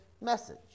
message